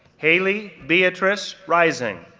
haley beatrice rising,